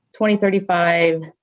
2035